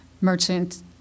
merchant